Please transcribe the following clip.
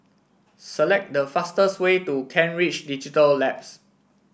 select the fastest way to Kent Ridge Digital Labs